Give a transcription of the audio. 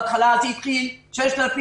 בהתחלה זה התחיל עם 6,000,